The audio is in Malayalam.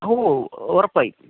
ഓ ഉറപ്പായും